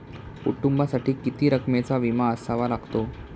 कुटुंबासाठी किती रकमेचा विमा असावा लागतो?